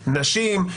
נשים.